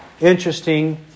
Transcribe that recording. interesting